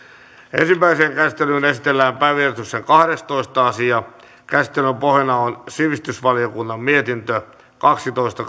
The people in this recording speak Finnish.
ensimmäiseen käsittelyyn esitellään päiväjärjestyksen kahdestoista asia käsittelyn pohjana on sivistysvaliokunnan mietintö kaksitoista